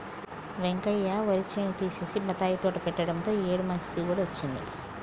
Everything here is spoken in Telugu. వెంకయ్య వరి చేను తీసేసి బత్తాయి తోట పెట్టడంతో ఈ ఏడు మంచి దిగుబడి వచ్చింది